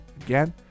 again